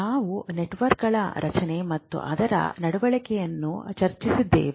ನಾವು ನೆಟ್ವರ್ಕ್ಗಳ ರಚನೆ ಮತ್ತು ಅದರ ನಡವಳಿಕೆಯನ್ನು ಚರ್ಚಿಸಿದ್ದೇವೆ